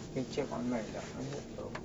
can check online tak